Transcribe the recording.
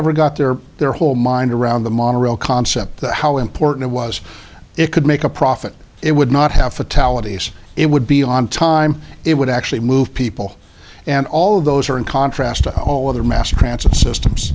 ever got their their whole mind around the monorail concept how important was it could make a profit it would not have fatalities it would be on time it would actually move people and all of those are in contrast to all other mass transit systems